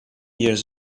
years